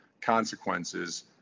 consequences